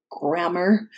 grammar